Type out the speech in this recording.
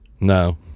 no